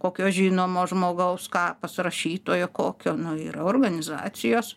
kokio žinomo žmogaus kapas rašytojo kokio nu ir organizacijos